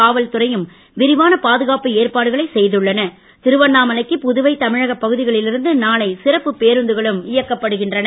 காவல்துறையும் விரிவான பாதுகாப்பு ஏற்பாடுகளை திருவண்ணாமலைக்கு புதுவை தமிழக பகுதிகளில் இருந்து நாளை சிறப்பு பேருந்துகளும் இயக்கப்படுகின்றன